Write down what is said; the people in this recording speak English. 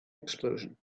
explosion